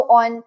on